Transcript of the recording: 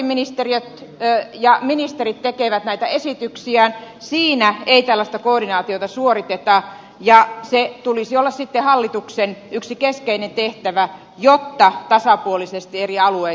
kun sektoriministeriöt ja ministerit tekevät näitä esityksiään siinä ei tällaista koordinaatiota suoriteta ja sen tulisi olla sitten hallituksen yksi keskeinen tehtävä jotta tasapuolisesti eri alueita kohdellaan